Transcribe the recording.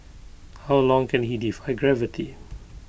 how long can he defy gravity